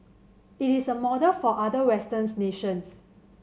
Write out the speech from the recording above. it is a model for other westerns nations